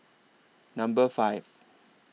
Number five